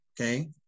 okay